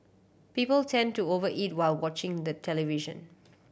people tend to over eat while watching the television